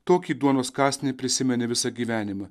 tokį duonos kąsnį prisimeni visą gyvenimą